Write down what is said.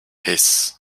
his